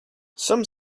some